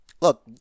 Look